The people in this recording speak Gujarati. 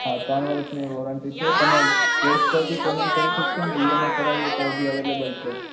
હા ત્રણ વર્ષની વૉરંટી છે તમે કેશ પરબી પેમેન્ટ કરી શકશોને ઈએમઆઈ કરાવી હોય તો એ બી અવેલેબલ છે